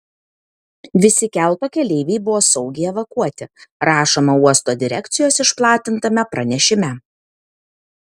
visi kelto keleiviai buvo saugiai evakuoti rašoma uosto direkcijos išplatintame pranešime